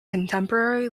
contemporary